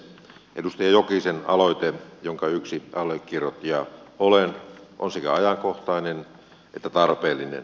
edustaja jokisen aloite jonka yksi allekirjoittaja olen on sekä ajankohtainen että tarpeellinen